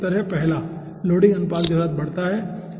तो सही उत्तर है पहला लोडिंग अनुपात के साथ बढ़ता है